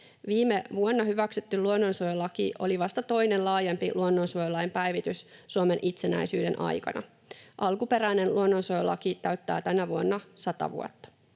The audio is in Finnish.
Viime vuonna hyväksytty luonnonsuojelulaki oli vasta toinen laajempi luonnonsuojelulain päivitys Suomen itsenäisyyden aikana. Alkuperäinen luonnonsuojelulaki täyttää tänä vuonna 100 vuotta.